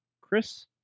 Chris